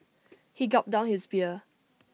he gulped down his beer